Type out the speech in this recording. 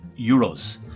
euros